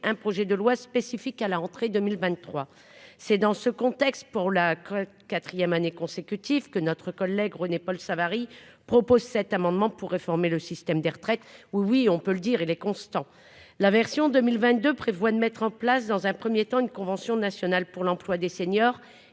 un projet de loi spécifique à la rentrée 2023 c'est dans ce contexte, pour la 4ème année consécutive que notre collègue René-Paul Savary propose cet amendement pour réformer le système des retraites oui on peut le dire, il est constant, la version 2022 prévoit de mettre en place dans un 1er temps une convention nationale pour l'emploi des seniors